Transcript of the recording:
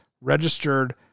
registered